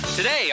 Today